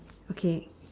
okay